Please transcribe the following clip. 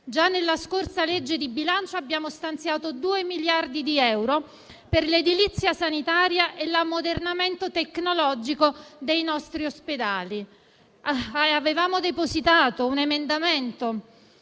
Già nella scorsa legge di bilancio abbiamo stanziato 2 miliardi di euro per l'edilizia sanitaria e l'ammodernamento tecnologico dei nostri ospedali. Avevamo depositato un emendamento